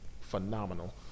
phenomenal